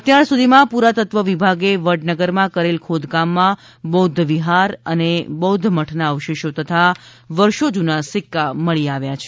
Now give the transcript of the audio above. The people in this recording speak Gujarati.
અત્યારસુધીમાં પુરાતત્વ વિભાગે વડનગરમાં કરેલ ખોદકામમાં બૌદ્ધ વિહાર તથા બૌદ્ધ મઠના અવશેષો તથા વર્ષો જૂના સીક્કા મળી આવ્યા છે